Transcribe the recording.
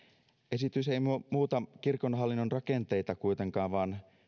esitys ei muuta muuta kirkon hallinnon rakenteita kuitenkaan vaan